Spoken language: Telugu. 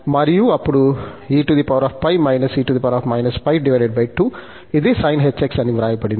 మరియు అప్పుడు మనకు eπ−e−π 2 ఇది sinh π అని వ్రాయబడింది